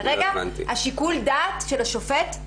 כרגע שיקול הדעת של השופט הוא